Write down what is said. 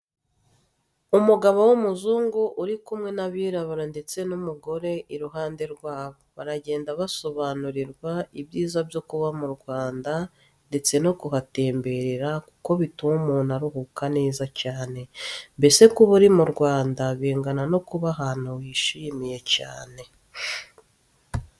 Umugabo w'umuzungu uri kumwe n'abirabura ndetse n'umugore iruhande rwabo, baragenda basobanurirwa ibyiza byo kuba mu Rwanda ndetse no kuhatemberera kuko bituma umuntu aruhuka neza cyane, mbese kuba uri mu Rwanda bingana no kuba ahantu wishimiye cyane.